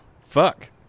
Fuck